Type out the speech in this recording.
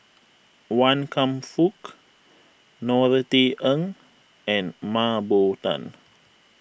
Wan Kam Fook Norothy Ng and Mah Bow Tan